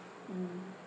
mm